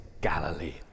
Galilee